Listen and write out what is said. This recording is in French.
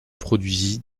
produisit